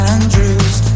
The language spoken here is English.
Andrews